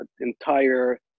entire